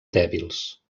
dèbils